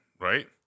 right